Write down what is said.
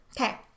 Okay